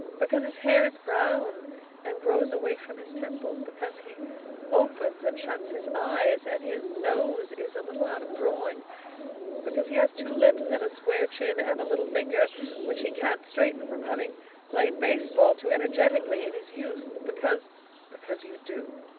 because his hair is brown and grows away from his temples because he opens and shuts his eyes, and his nose is a little out of drawing because he has two lips and a square chin, and a little finger which he can't straighten from having played baseball too energetically in his youth. because because you do,